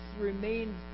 remains